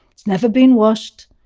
it's never been washed.